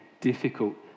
difficult